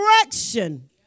correction